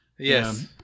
Yes